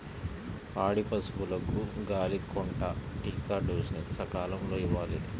పాడి పశువులకు గాలికొంటా టీకా డోస్ ని సకాలంలో ఇవ్వాలి